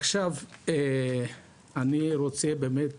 עכשיו אני רוצה באמת